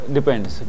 Depends